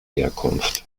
herkunft